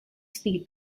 speed